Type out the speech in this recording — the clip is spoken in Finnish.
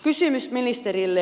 kysymys ministerille